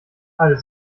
alles